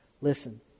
Listen